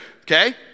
okay